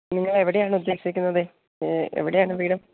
നിങ്ങൾ എവിടെയാണ് ഉദ്ദേശിക്കുന്നത് എവിടെയാണ് വീട്